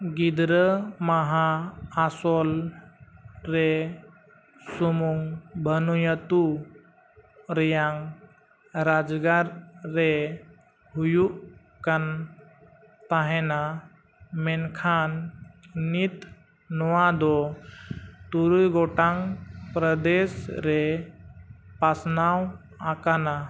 ᱜᱤᱫᱽᱨᱟᱹ ᱢᱟᱦᱟ ᱟᱥᱚᱞ ᱨᱮ ᱥᱩᱢᱩᱝ ᱵᱟᱹᱱᱩᱭᱟᱛᱩ ᱨᱮᱭᱟᱜ ᱨᱟᱡᱽ ᱜᱟᱲ ᱨᱮ ᱦᱩᱭᱩᱜ ᱠᱟᱱ ᱛᱟᱦᱮᱱᱟ ᱢᱮᱱᱠᱷᱟᱱ ᱱᱤᱛ ᱱᱚᱣᱟ ᱫᱚ ᱛᱩᱨᱩᱭ ᱜᱚᱴᱟᱝ ᱯᱨᱚᱫᱮᱥ ᱨᱮ ᱯᱟᱥᱱᱟᱣ ᱟᱠᱟᱱᱟ